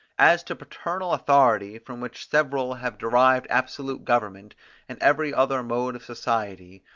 as to paternal authority, from which several have derived absolute government and every other mode of society,